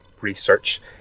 research